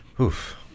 Oof